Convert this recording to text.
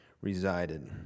resided